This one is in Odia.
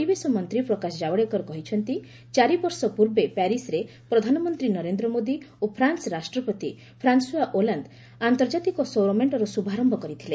ପରିବେଶମନ୍ତ୍ରୀ ପ୍ରକାଶ ଜାବଡେକର କହିଛନ୍ତି ଚାରିବର୍ଷ ପୂର୍ବେ ପ୍ୟାରିସ୍ରେ ପ୍ରଧାନମନ୍ତ୍ରୀ ନରେନ୍ଦ୍ର ମୋଦି ଓ ଫ୍ରାନ୍ନ ରାଷ୍ଟ୍ରପତି ଫ୍ରାନ୍ସ୍ୱଆ ଓଲାନ୍ଦ ଆନ୍ତର୍ଜାତିକ ସୌରମେଣ୍ଟର ଶୁଭାରିୟ କରିଥିଲେ